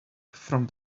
from